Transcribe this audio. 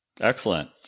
Excellent